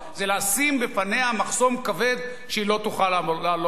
זה לשים בפניה מחסום כבד שהיא לא תוכל לעלות